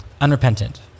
unrepentant